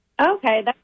Okay